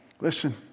listen